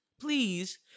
Please